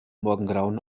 morgengrauen